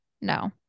No